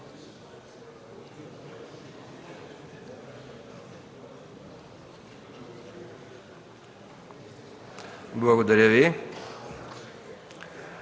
Благодаря Ви,